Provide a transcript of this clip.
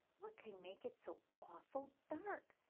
what can make it so awful dark?